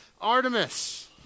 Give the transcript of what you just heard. Artemis